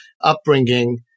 upbringing